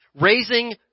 Raising